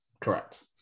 correct